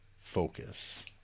focus